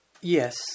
Yes